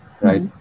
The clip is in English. right